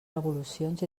revolucions